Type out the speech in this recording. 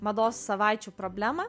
mados savaičių problemą